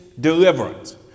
deliverance